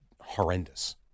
horrendous